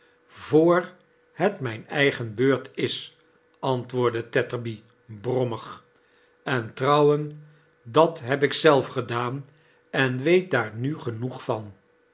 voor ihet mijn eigen heurt ia antwoorddei tetterby brommig en trouwen dat heb ik zelf gedaan en weet daar nu genoeg van